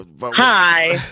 Hi